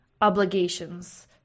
obligations